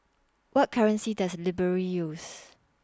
What currency Does Liberia use